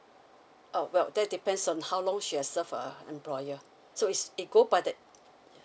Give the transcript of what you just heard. uh well that depends on how long she has served her employer so is it go by that